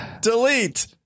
delete